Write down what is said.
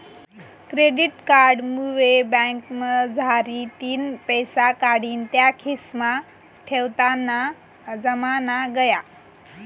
credit card मुये बँकमझारतीन पैसा काढीन त्या खिसामा ठेवताना जमाना गया